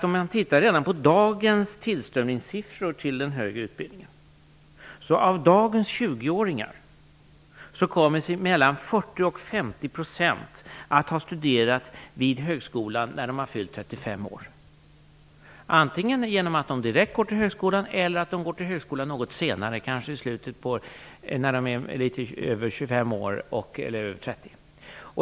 Om man tittar redan på dagens tillströmningssiffror till den högre utbildningen är det ju så att av dagens 20-åringar kommer mellan 40 % och 50 % att ha studerat vid högskolan när de har fyllt 35 år. Antingen går de direkt till högskolan eller så gör de det litet senare - kanske när de är 25-30 år.